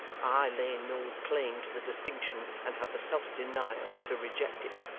i lay no claim to the distinction, and have the self-denial to reject it